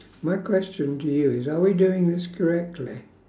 my question to you is are we doing this correctly